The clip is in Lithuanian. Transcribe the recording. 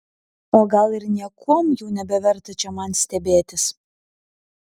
o gal ir niekuom jau nebeverta čia man stebėtis